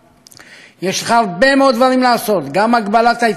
יש לך הרבה מאוד דברים לעשות: גם הגבלת ההתפתחות של חלק מהמפעלים,